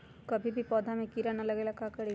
कभी भी पौधा में कीरा न लगे ये ला का करी?